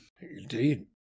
indeed